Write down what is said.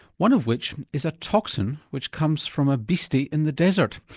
one of which is a toxin which comes from a beastie in the desert.